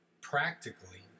practically